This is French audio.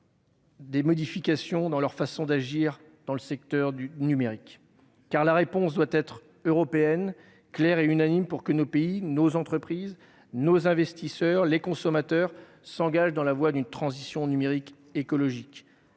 doivent faire évoluer leurs façons d'agir dans le secteur du numérique. En la matière, la réponse doit être européenne, claire et unanime pour que nos pays, nos entreprises, nos investisseurs et les consommateurs s'engagent sur la voie d'une transition numérique écologique.